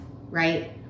right